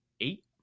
eight